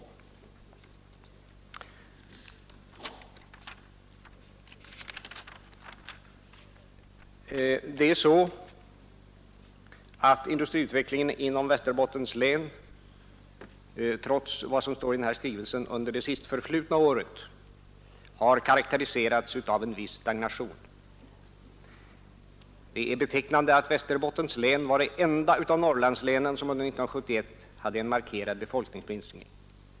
Faktum är att industriutvecklingen inom Västerbottens län, trots vad som står i nämnda skrivelse, under det sistförflutna året har karakteriserats av en viss stagnation. Det är betecknande att Västerbottens län var det enda av Norrlandslänen som under 1971 hade en markerad befolkningsminskning.